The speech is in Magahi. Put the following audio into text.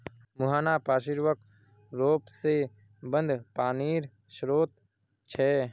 मुहाना पार्श्विक र्रोप से बंद पानीर श्रोत छे